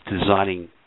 designing